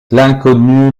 l’inconnu